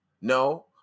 No